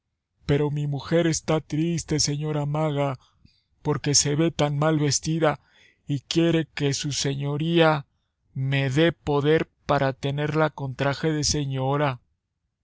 pero mi mujer está triste señora maga porque se ve tan mal vestida y quiere que su señoría me dé poder para tenerla con traje de señora